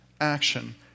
action